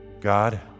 God